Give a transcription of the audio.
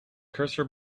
cursor